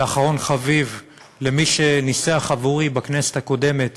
ואחרון חביב, למי שניסח עבורי בכנסת הקודמת